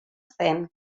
zen